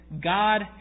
God